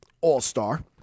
all-star